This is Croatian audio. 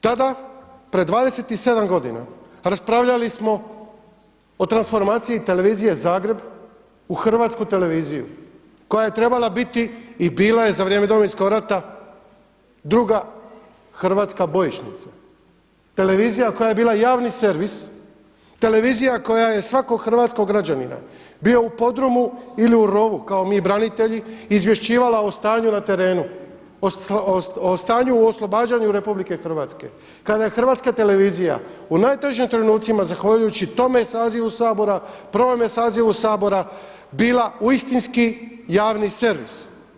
Tada pred 27 godina raspravljali smo o transformaciji Televizije Zagreb u Hrvatsku televiziju koja je trebala biti i bila je za vrijeme Domovinskog rata druga hrvatska bojišnica, televizija koja je bila javni servis, televizija koja je svakog hrvatskog građanina bio u podrumu ili u rovu kao mi branitelji, izvjšćivala o stanju na terenu, o stanju u oslobađanju RH, kada je Hrvatska televizija u najtežim trenucima zahvaljujući tome sazivu Sabora, prvome sazivu Sabora bila uistinski javni servis.